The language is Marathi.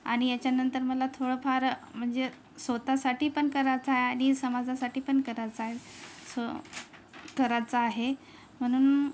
आणि याच्यानंतर मला थोडंफार म्हणजे स्वत साठी पण करायचा आहे आणि समाजासाठी पण करायचा आहे करायचं आहे म्हणून